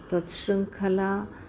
तत् शृङ्खला